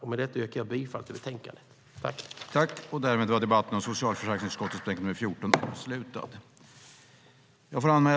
Med detta yrkar jag bifall till förslaget i betänkandet.